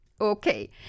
Okay